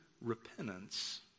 repentance